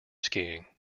skiing